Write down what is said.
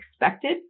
expected